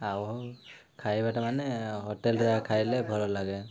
ଆଉ ଖାଇବାଟା ମାନେ ହୋଟେଲ ଯାହା ଖାଇଲେ ଭଲ ଲାଗେ